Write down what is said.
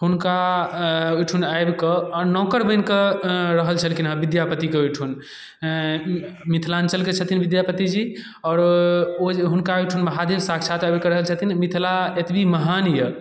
हुनका ओइठन आबिकऽ नौकर बनिकऽ रहल छलखिन विद्यापतिके ओइठन मिथलाँचलके छथिन विद्यापति जी आओर ओ हुनका ओइठन महादेव साक्षात आबिकऽ रहल छथिन मिथिला एतबी महान यऽ